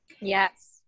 yes